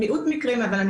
אבל,